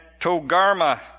Togarma